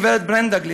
גברת ברנדה גליק,